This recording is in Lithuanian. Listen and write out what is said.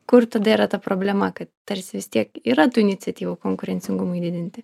kur tada yra ta problema kad tarsi vis tiek yra tų iniciatyvų konkurencingumui didinti